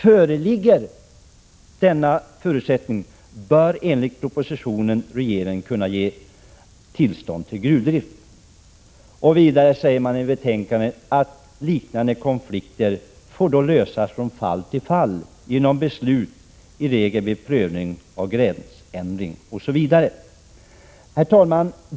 Föreligger denna förutsättning bör enligt propositionen regeringen kunna ge tillstånd till gruvdrift.” Vidare sägs att liknande konflikter får ”lösas från fall till fall genom beslut, i regel vid prövning av fråga om gränsändring”.